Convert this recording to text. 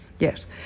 Yes